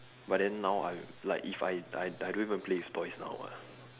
but then now I like if I I I don't even play with toys now [what]